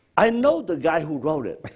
i know the guy who wrote it,